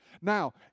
Now